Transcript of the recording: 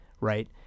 right